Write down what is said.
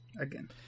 again